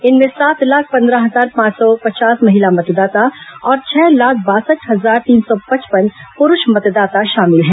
इनमें सात लाख पन्द्रह हजार पांच सौ पचास महिला मतदाता और छह लाख बासठ हजार तीन सौ पचपन पुरूष मतदाता शामिल हैं